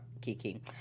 Kiki